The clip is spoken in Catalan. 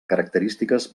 característiques